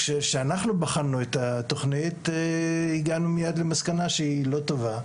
כשאנחנו בחנו את התכנית הגענו מייד למסקנה שהיא לא טובה,